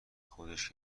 خودش